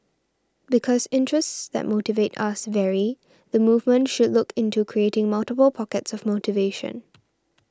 because interests that motivate us vary the movement should look into creating multiple pockets of motivation